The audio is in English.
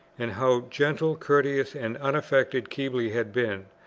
and how gentle, courteous, and unaffected keble had been,